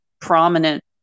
prominent